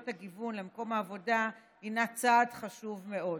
הגיוון למקום העבודה הינה צעד חשוב מאוד.